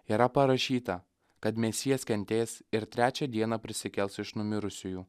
yra parašyta kad mesijas kentės ir trečią dieną prisikels iš numirusiųjų